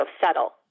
settle